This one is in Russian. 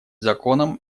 законом